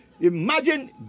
Imagine